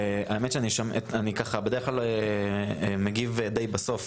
האמת שאני ככה בדרך כלל מגיב די בסוף